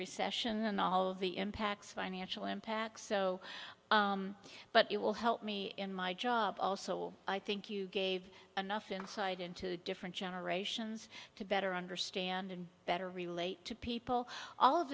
recession and all of the impacts financial impacts so but it will help me in my job also i think you gave enough insight into different generations to better understand and better relate to people all of